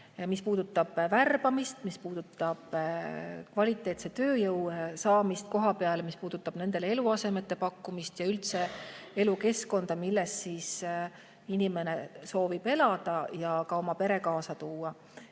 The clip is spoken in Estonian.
mis puudutab värbamist, mis puudutab kvaliteetse tööjõu kohapeale saamist, mis puudutab eluasemete pakkumist ja üldse elukeskkonda, kus inimene soovib elada ja kuhu ka oma pere kaasa tuua.